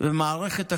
ובמערכת החינוך.